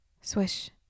Swish